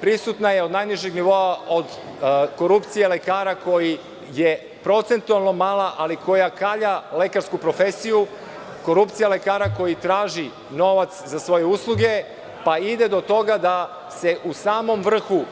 Prisutna je od najnižeg nivoa korupcije lekara koji je procentualno mala, ali koja kalja lekarsku profesiju, korupcija lekara koji traži novac za svoje usluge, pa ide do toga da su se u samom vrhu,